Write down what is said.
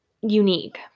unique